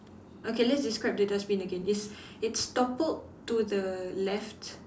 okay let's describe the dustbin again it's it's toppled to the left